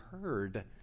heard